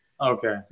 Okay